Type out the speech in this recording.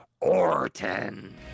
Orton